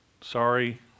sorry